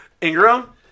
Ingram